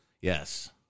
yes